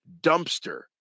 dumpster